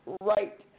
Right